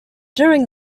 during